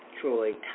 Troy